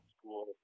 school